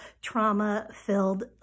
trauma-filled